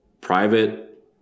private